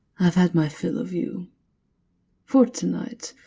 i've had my fill of you for tonight.